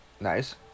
Nice